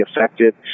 effective